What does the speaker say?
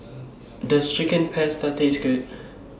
Does Chicken Pasta Taste Good